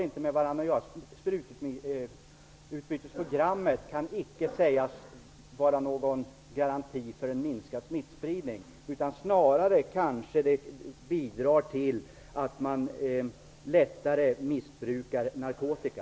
Sprututbytesprogrammet kan icke sägas vara någon garanti för minskad smittspridning. Snarare bidrar det kanske till att man lättare missbrukar narkotika.